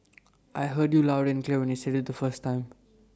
I heard you loud and clear when you said IT the first time